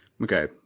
Okay